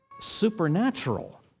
supernatural